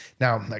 Now